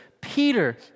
Peter